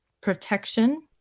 protection